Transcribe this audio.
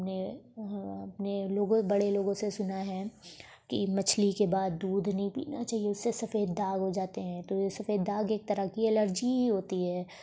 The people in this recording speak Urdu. ہم نے ہم نے لوگوں بڑے لوگوں سے سنا ہے کہ مچھلی کے بعد دودھ نہیں پینا چاہیے اس سے سفید داغ ہوجاتے ہیں تو یہ سفید داغ ایک طرح کی الرجی ہی ہوتی ہے